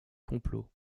complot